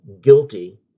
guilty